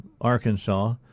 Arkansas